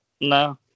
No